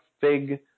fig